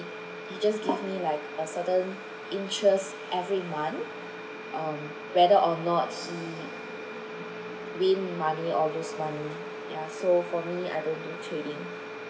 he just give me like a certain interest every month um whether or not he win money or lose money yeah so for me I don't do trading